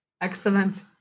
Excellent